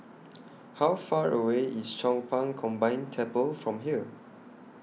How Far away IS Chong Pang Combined Temple from here